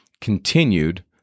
continued